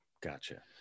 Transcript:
Gotcha